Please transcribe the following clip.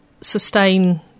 sustain